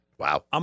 Wow